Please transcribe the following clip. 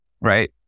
right